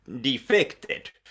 defected